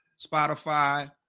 Spotify